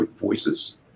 voices